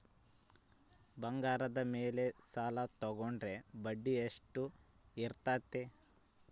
ಬಂಗಾರದ ಮೇಲೆ ಸಾಲ ತೋಗೊಂಡ್ರೆ ಬಡ್ಡಿ ಎಷ್ಟು ಇರ್ತೈತೆ?